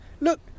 Look